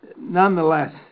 nonetheless